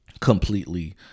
completely